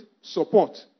support